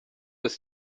ist